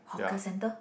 hawker center